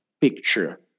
picture